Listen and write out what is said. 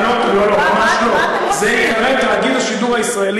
על מה אתה מדבר?